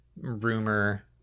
rumor